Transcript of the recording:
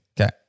Okay